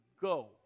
go